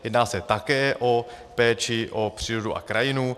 Jedná se také o péči o přírodu a krajinu.